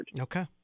Okay